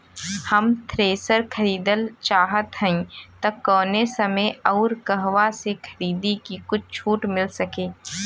हम थ्रेसर खरीदल चाहत हइं त कवने समय अउर कहवा से खरीदी की कुछ छूट मिल सके?